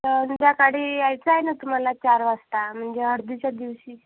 तर उद्या काडी यायचं आहेना तुम्हाला चार वाजता म्हणजे हळदीच्या दिवशी